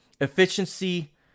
efficiency